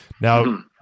Now